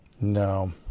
No